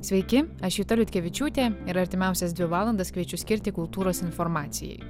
sveiki aš juta liutkevičiūtė ir artimiausias dvi valandas kviečiu skirti kultūros informacijai